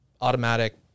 automatic